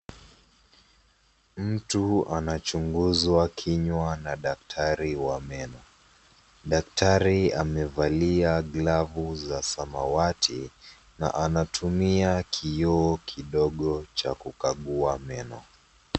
Mtu anachunguzwa kinywa na daktari wa meno. Daktari amevalia glavu za samawati na anatumia kioo kidogo cha kukagua meno.